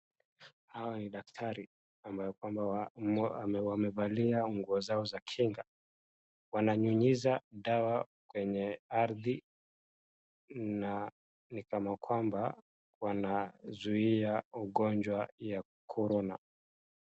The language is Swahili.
Hawa ni daktari ambayo kwamba wamevalia nguo zao za kinga, Wananyunyiza dawa kwenye ardhi na ni kama kwamba wanazuia ugonjwa ya korona.